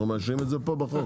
אנחנו מאשרים את זה פה בחוק.